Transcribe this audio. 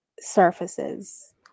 surfaces